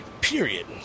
period